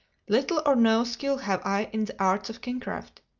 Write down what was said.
little or no skill have i in the arts of kingcraft.